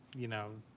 you know,